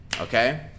okay